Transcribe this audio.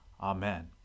Amen